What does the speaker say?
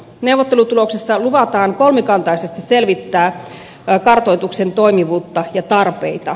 neuvottelutuloksessa luvataan kolmikantaisesti selvittää kartoituksen toimivuutta ja tarpeita